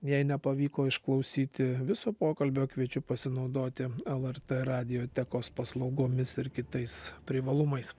jei nepavyko išklausyti viso pokalbio kviečiu pasinaudoti lrt radijotekos paslaugomis ir kitais privalumais